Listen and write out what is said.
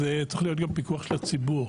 צריך להיות גם פיקוח של הציבור